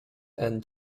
and